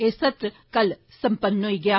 एह् सत्र कल सम्पन्न होई गेआ